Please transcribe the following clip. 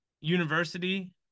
University